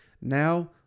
now